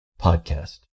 podcast